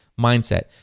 mindset